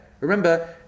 Remember